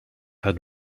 had